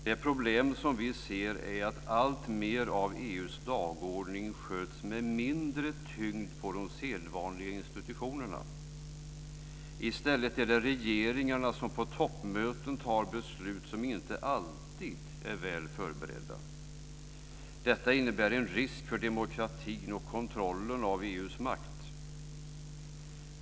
Det problem vi ser är att alltmer av EU:s dagordning sköts med mindre tyngd på de sedvanliga institutionerna. I stället är det regeringarna som på toppmöten tar beslut som inte alltid är väl förberedda. Detta innebär en risk för demokratin och kontrollen av EU:s makt.